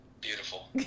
beautiful